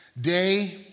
day